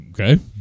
okay